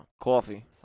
Coffee